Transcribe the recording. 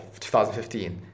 2015